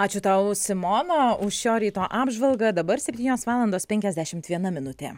ačiū tau simona už šio ryto apžvalgą dabar septynios valandos penkiasdešimt viena minutė